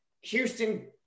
Houston